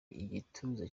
igituza